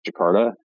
jakarta